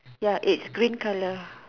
ya it's green colour